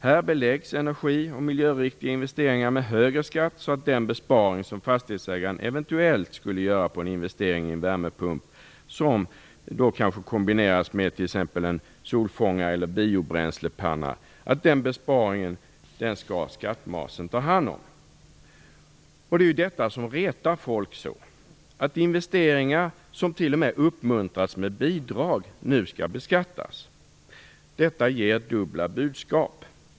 Här beläggs energi och miljöriktiga investeringar med högre skatt, så att den besparing som fastighetsägaren eventuellt skulle göra på en investering i en värmepump, som eventuellt kombineras med t.ex. en solfångare eller en biobränslepanna, skall skattmasen ta hand om. Det är ju detta som retar folk så mycket, att investeringar som t.o.m. uppmuntras med bidrag nu skall beskattas. Detta ger dubbla budskap.